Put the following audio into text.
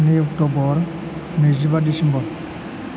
नै अक्ट'बर नैजिबा दिसेम्बर